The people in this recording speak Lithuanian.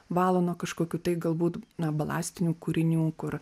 valo nuo kažkokių tai galbūt na balastinių kūrinių kur